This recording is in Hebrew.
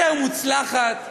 יותר מוצלחת,